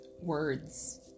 words